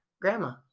grandma